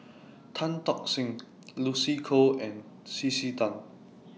Tan Tock Seng Lucy Koh and C C Tan